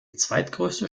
zweitgrößte